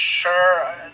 sure